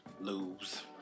lose